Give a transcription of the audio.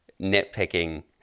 nitpicking